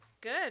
Good